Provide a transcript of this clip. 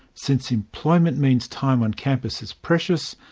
since employment means time on campus is precious,